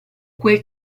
quel